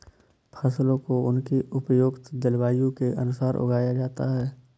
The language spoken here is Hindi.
फसलों को उनकी उपयुक्त जलवायु के अनुसार उगाया जाता है